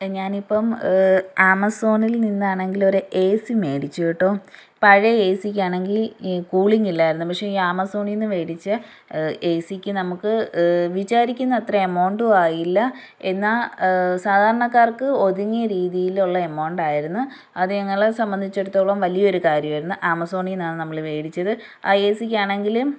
ഞാൻ ഇപ്പം ആമസോണിൽ നിന്നാണെങ്കിലൊരു ഏ സി മേടിച്ചു കേട്ടോ പഴയ ഏ സിക്കാണെങ്കിൽ കൂളിംങ്ങ് ഇല്ലായിരുന്നു പക്ഷെ ഈ ആമസോണിൽ നിന്നു മേടിച്ച ഏ സിക്ക് നമുക്ക് വിചാരിക്കുന്ന അത്രയും എമൗണ്ടും ആയില്ല എന്നാൽ സാധാരണക്കാർക്ക് ഒതുങ്ങിയ രീതിയിലുള്ള എമൗണ്ട് ആയിരുന്നു അത് ഞങ്ങളെ സംബന്ധിച്ചിടത്തോളം വലിയൊരു കാര്യമായിരുന്നു ആമസോണിൽ നിന്നാണ് നമ്മൾ മേടിച്ചത് ഏ സിക്ക് ആണെങ്കിലും